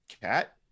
cat